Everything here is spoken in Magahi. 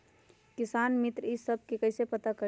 किसान मित्र ई सब मे कईसे पता करी?